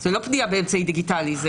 זה לא פנייה באמצעי דיגיטלי.